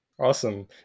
Awesome